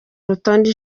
rutonde